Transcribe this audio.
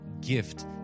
gift